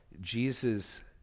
jesus